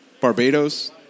Barbados